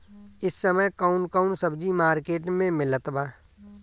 इह समय कउन कउन सब्जी मर्केट में मिलत बा?